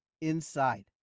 inside